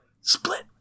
split